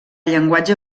llenguatge